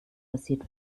passiert